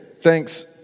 thanks